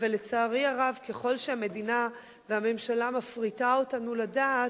אבל לצערי הרב ככל שהמדינה והממשלה מפריטה אותנו לדעת,